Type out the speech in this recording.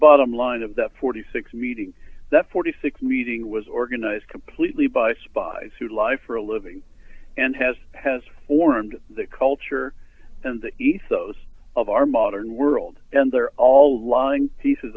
bottom line of that forty six meeting that forty six meeting was organized completely by spies who lie for a living and has has formed the culture and the ethos of our modern world and they're all lying pieces